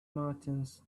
martians